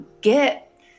get